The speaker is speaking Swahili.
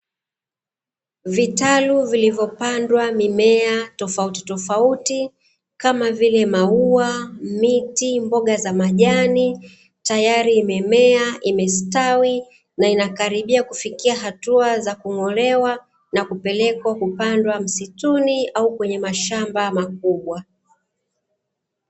Vitalu vilivyopandwa mimea tofauti tofauti, kama vile; maua, miti mboga za majani ,tayari imemea, imestawi na inakaribia kufikia hatua za kung'olewa na kupelekwa kupandwa msituni au kwenye mashamba makubwa.